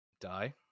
die